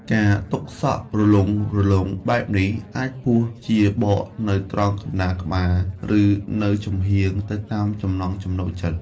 ការទុកសក់រលុងៗបែបនេះ អាចពុះជាបកនៅត្រង់កណ្ដាលក្បាល ឬនៅចំហៀង ទៅតាមចំណង់ចំណូលចិត្ត។